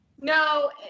No